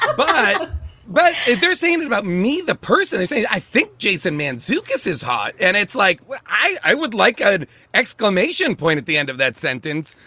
um but but they're saying about me, the person they say, i think jason man, zuleika's is hot and it's like i would like an exclamation point at the end of that sentence,